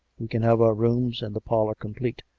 we can have our rooms and the parlour complete.